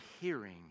hearing